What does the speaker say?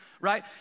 right